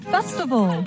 Festival